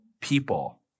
people